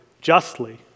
justly